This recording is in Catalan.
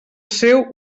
seu